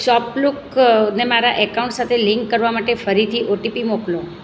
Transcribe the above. શોપલુક ને મારા એકાઉન્ટ સાથે લિંક કરવા માટે ફરીથી ઓટીપી મોકલો